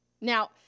Now